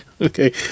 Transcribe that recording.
Okay